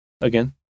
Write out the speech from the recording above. Again